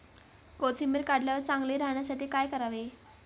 कोथिंबीर काढल्यावर चांगली राहण्यासाठी काय करावे?